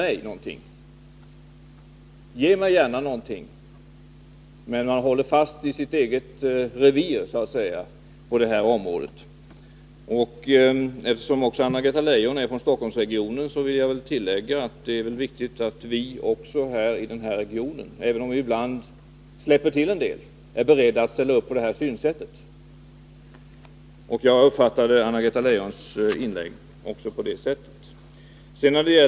Man bevakar så att säga sitt eget revir och har attityden: Ge mig gärna någonting, men tag inte ifrån mig något! Eftersom också Anna-Greta Leijon är från Stockholmsregionen vill jag tillägga hur viktigt det är att vi i den här regionen är beredda att ställa upp för decentraliseringspolitiken. Jag uppfattade Anna-Greta Leijons inlägg så att hon är beredd till det.